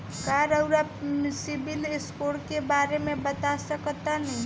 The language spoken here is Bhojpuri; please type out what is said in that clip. का रउआ सिबिल स्कोर के बारे में बता सकतानी?